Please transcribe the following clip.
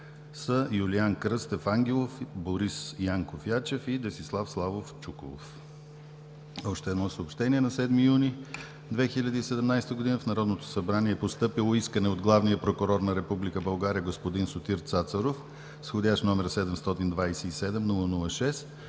са Юлиан Кръстев Ангелов, Борис Янков Ячев и Десислав Славов Чуколов.“ Още едно съобщение: На 7 юни 2017 г. в Народното събрание е постъпило искане от главния прокурор на Република България господин Сотир Цацаров, вх. № 727-00-6,